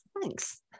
thanks